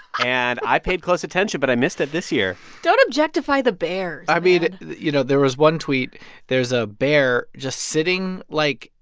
and i paid close attention, but i missed it this year don't objectify the bears i mean, you know, there was one tweet there's a bear just sitting like,